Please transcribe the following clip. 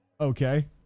okay